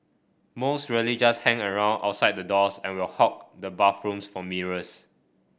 most really just hang around outside the doors and will hog the bathrooms for mirrors